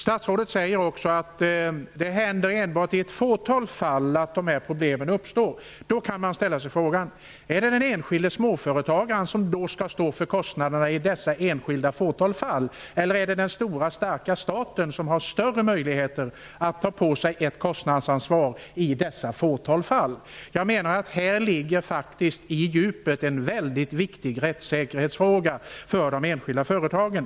Statsrådet säger också att dessa problem enbart uppstår i ett fåtal fall. Man kan ställa sig frågan om det då är den enskilde småföretagaren som skall stå för kostnaderna eller om den stora, starka staten skall göra det. Staten har ju större möjligheter att ta på sig ett kostnadsansvar när det gäller dessa få fall. På djupet handlar det faktiskt om en mycket viktig rättssäkerhetsfråga för de enskilda företagen.